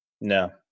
No